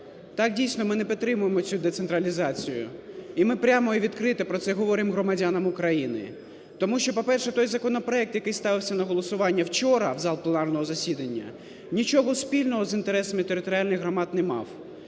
Так, дійсно, ми не підтримуємо цю децентралізацію. І ми прямо і відкрито про це говоримо громадянам України. Тому що, по-перше, той законопроект, який ставився на голосування вчора в зал пленарного засідання, нічого спільного з інтересами територіальних громад не мав.